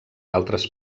altres